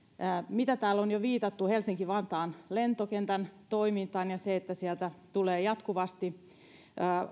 täällä on jo viitattu helsinki vantaan lentokentän toimintaan ja siihen että on jatkuvasti